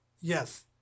Yes